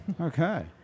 Okay